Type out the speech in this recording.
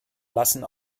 lassen